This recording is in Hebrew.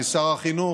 כשר החינוך,